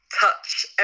touch